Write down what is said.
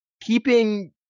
keeping